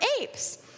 apes